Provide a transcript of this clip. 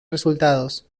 resultados